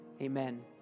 Amen